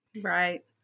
Right